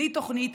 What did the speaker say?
בלי תוכנית,